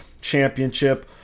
Championship